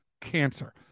cancer